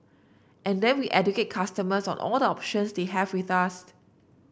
and then we educate customers on all the options they have with us